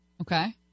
Okay